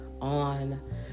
on